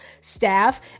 staff